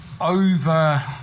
over